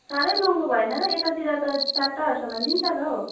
साह्रै महँगो भएन र यतातिर त चारवटाहरूसम्म दिन्छ त हौ